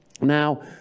Now